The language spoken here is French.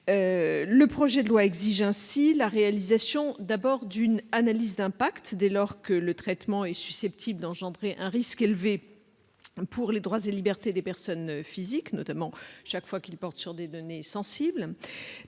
Le projet de loi exige ainsi la réalisation d'une analyse d'impact dès lors que le traitement est susceptible de créer un risque élevé pour les droits et libertés des personnes physiques, notamment chaque fois qu'il porte sur des données sensibles.